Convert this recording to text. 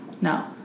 No